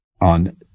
on